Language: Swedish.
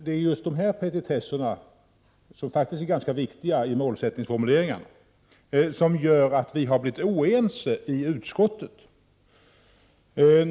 Det är just dessa petitesser, som faktiskt är viktiga i målsättningsformuleringarna och som gör att vi har blivit oense i utskottet.